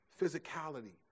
physicality